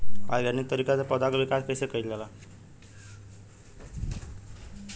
Organic तरीका से पौधा क विकास कइसे कईल जाला?